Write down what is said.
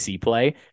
play